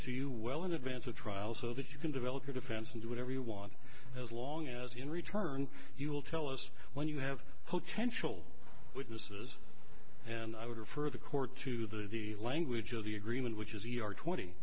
you well in advance of trial so that you can develop your defense and do whatever you want as long as in return you will tell us when you have tensional witnesses and i would refer the court to the the language of the agreement which is your twenty